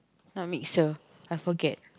not mixture I forget